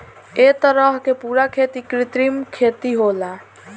ए तरह के पूरा खेती कृत्रिम खेती होला